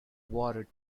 water